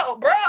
bro